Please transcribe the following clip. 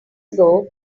ago